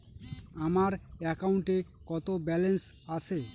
আমার অ্যাকাউন্টে কত ব্যালেন্স আছে?